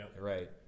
Right